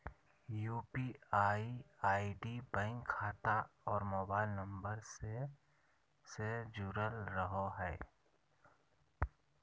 UPI ID bank खाता और mobile number से से जुरल रहो हइ